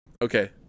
Okay